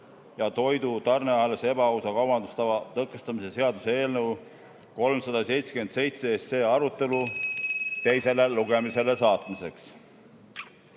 ja toidu tarnealas ebaausa kaubandustava tõkestamise seaduse eelnõu 377 arutelu teisele lugemisele saatmiseks. Mina